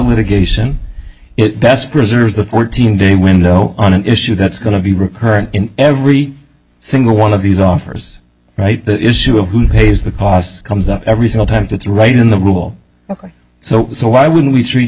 litigation it best preserves the fourteen day window on an issue that's going to be recurrent in every single one of these offers right the issue of who pays the costs comes up every single times it's right in the rule ok so why would we tre